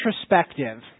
introspective